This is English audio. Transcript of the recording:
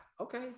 Okay